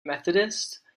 methodist